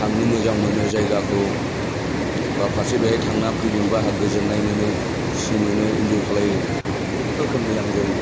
थांनो मोजां मोनो जायगाखौ बा फारसे थांना फैनोबो आंहा गोजोननाय मोनो खुसि मोनो एन्जय खालायो बुहुथ रोखोमनि आंजों